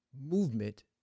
movement